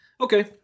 Okay